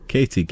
Katie